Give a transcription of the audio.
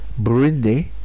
Burundi